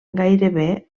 gairebé